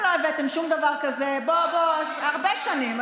ולא הבאתם שום דבר כזה הרבה שנים.